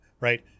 Right